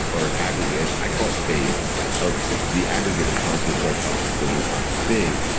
or aggregate i call it faith of the aggregate of conscious, subconscious, and unconscious being.